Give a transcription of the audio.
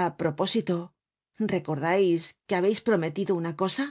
a propósito recordais que habeis prometido una cosa